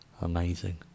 amazing